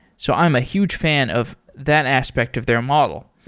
so i'm a huge fan of that aspect of their model.